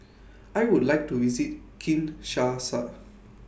I Would like to visit Kinshasa